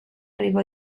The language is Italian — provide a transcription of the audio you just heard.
arrivò